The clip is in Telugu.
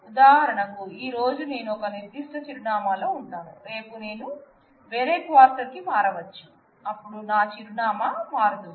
ఉదాహరణకు ఈ రోజు నేను ఒక నిర్ధిష్ట చిరునామా లో ఉంటాను రేపు నేను వేరే క్వార్టర్ కి మారవచ్చు అప్పుడు నా చిరునామా మారుతుంది